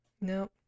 nope